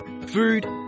food